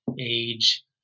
age